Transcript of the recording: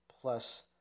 plus